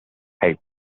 head